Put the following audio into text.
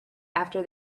after